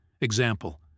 Example